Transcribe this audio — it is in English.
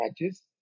matches